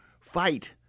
fight